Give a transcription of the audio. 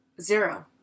Zero